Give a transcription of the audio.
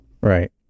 Right